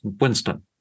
Winston